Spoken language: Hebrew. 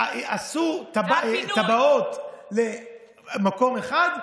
עשו תב"עות למקום אחד,